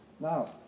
Now